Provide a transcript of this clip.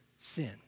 sin